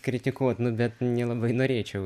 kritikuot nu bet nelabai norėčiau